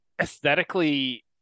aesthetically